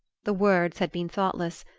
the words had been thoughtless,